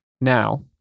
Now